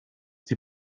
die